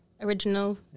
original